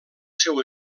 seu